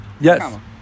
Yes